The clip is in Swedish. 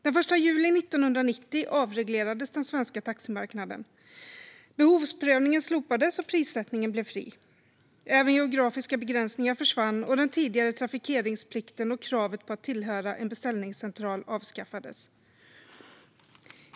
Den 1 juli 1990 avreglerades den svenska taximarknaden. Behovsprövningen slopades och prissättningen blev fri. Även geografiska begränsningar försvann, och den tidigare trafikeringsplikten och kravet på att tillhöra en beställningscentral avskaffades.